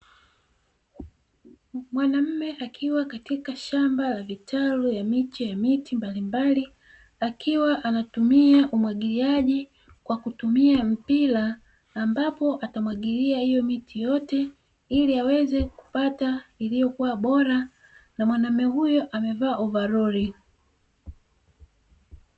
Mwanaume akiwa katika shamba la vitalu ya miche ya miti mbalimbali, akiwa anatumia umwagiliaji kwa kutumia mpira ambapo atamwigilia hiyo miti yote ili aweze kupata iliyokuwa bora na mwanaume huyo amevaa ovalori.